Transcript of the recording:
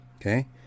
Okay